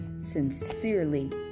sincerely